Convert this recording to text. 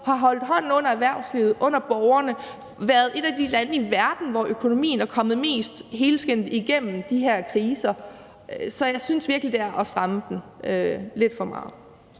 dem holdt hånden under erhvervslivet og under borgerne, og vi har været et af de lande i verden, hvor økonomien er kommet mest helskindet igennem de her kriser. Så jeg synes virkelig, det er at stramme den lidt for meget.